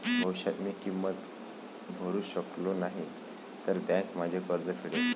भविष्यात मी किंमत भरू शकलो नाही तर बँक माझे कर्ज फेडेल